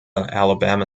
alabama